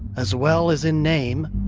as well as in name,